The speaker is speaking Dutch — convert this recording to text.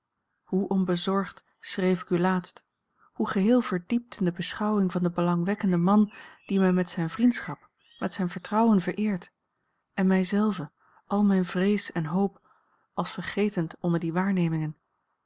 hoe onbezorgd schreef ik u laatst hoe geheel verdiept in de beschouwing van den belangwekkenden man die mij met zijne vriendschap met zijn vertrouwen vereert en mij zelve al mijne vrees en hoop als vergetend onder die waarnemingen